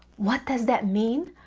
what does that mean?